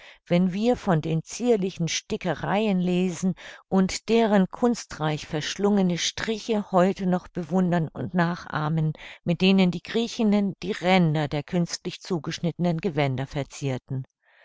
wenn wir von den zierlichen stickereien lesen und deren kunstreich verschlungene striche heute noch bewundern und nachahmen mit denen die griechinnen die ränder der künstlerisch zugeschnittenen gewänder verzierten